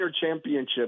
championship